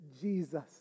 Jesus